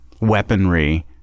weaponry